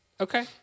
Okay